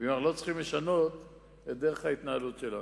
ואם אנחנו לא צריכים לשנות את דרך ההתנהלות שלנו.